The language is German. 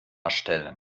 erstellen